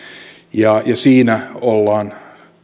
siinä ollaan